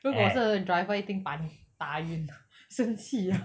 如果我是 driver 一定把你打晕生气 ah